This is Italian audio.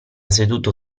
seduto